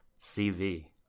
CV